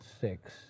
six